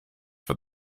for